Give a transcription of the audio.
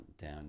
down